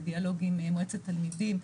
בדיאלוג עם מועצת התלמידים,